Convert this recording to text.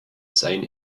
seine